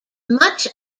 much